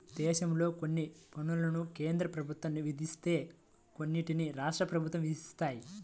దేశంలో కొన్ని పన్నులను కేంద్ర ప్రభుత్వం విధిస్తే కొన్నిటిని రాష్ట్ర ప్రభుత్వాలు విధిస్తాయి